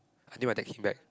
I think when they came back